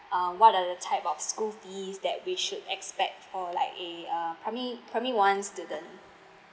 uh what're the type of school fees that we should expect or like a uh primary primary one didn't